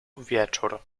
wieczór